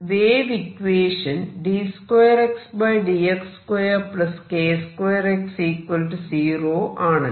wave equation d2Xdx2k 2X0 ആണല്ലോ